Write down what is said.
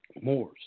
moors